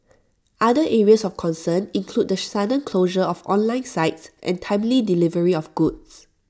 other areas of concern include the sudden closure of online sites and timely delivery of goods